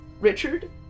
Richard